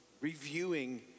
reviewing